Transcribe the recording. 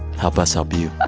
help us help you. ah